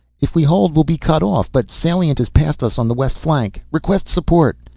if we hold we'll be cut off, but salient is past us on the west flank. request support.